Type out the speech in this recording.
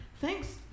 Thanks